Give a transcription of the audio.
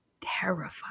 terrified